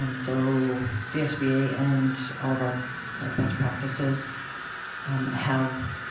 um so cspa and all of our best practices have